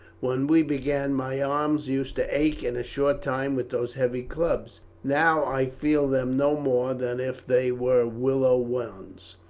when we began, my arms used to ache in a short time with those heavy clubs, now i feel them no more than if they were willow wands.